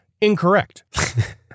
incorrect